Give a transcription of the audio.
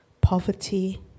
poverty